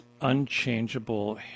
unchangeable